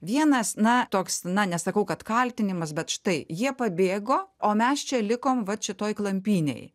vienas na toks na nesakau kad kaltinimas bet štai jie pabėgo o mes čia likom vat šitoj klampynėj